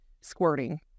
squirting